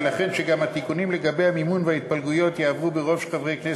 ולכן שגם התיקונים לגבי המימון וההתפלגויות יעברו ברוב של חברי כנסת,